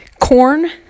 corn